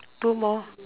two more